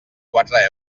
quatre